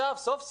עכשיו, סוף סוף,